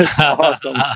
awesome